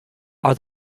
are